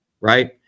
right